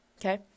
Okay